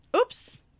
Oops